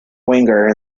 winger